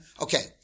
Okay